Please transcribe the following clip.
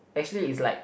actually is like